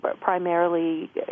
primarily